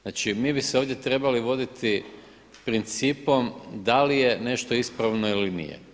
Znači, mi bi se trebali voditi principom da li je nešto ispravno ili nije.